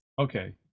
okay